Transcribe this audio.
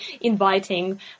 inviting